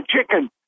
chicken